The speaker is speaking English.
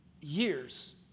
Years